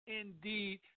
indeed